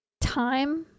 time